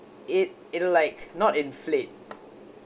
it it'll like not inflate